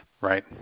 right